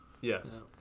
Yes